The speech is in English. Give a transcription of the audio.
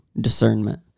discernment